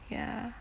ya